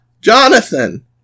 Jonathan